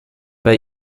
bei